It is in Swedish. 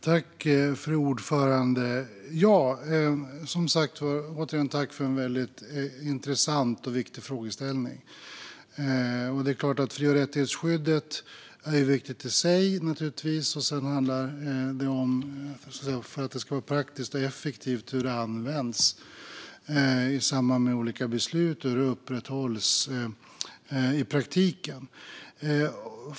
Fru talman! Återigen - tack, Richard Jomshof, för en väldigt intressant och viktig frågeställning! Det är klart att fri och rättighetsskyddet är viktigt i sig. Sedan handlar det om hur det, för att det ska vara praktiskt och effektivt, används i samband med olika beslut och hur det upprätthålls i praktiken.